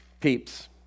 peeps